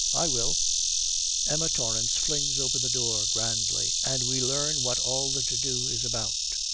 i will emma torrance flings open the door grandly, and we learn what all the to-do is about.